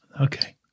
okay